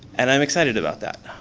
and i'm excited about that.